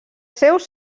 seus